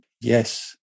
Yes